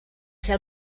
ser